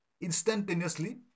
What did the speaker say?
instantaneously